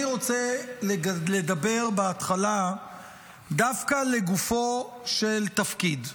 אני רוצה לדבר בהתחלה דווקא לגופו של תפקיד.